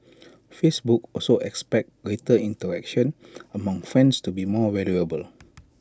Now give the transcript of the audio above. Facebook also expects greater interaction among friends to be more valuable